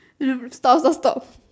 stop stop stop